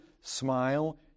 Smile